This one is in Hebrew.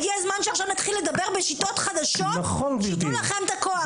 הגיע הזמן שעכשיו נתחיל לדבר בשיטות חדשות שייתנו לכם את הכוח.